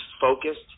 focused